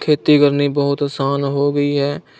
ਖੇਤੀ ਕਰਨੀ ਬਹੁਤ ਆਸਾਨ ਹੋ ਗਈ ਹੈ